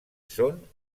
són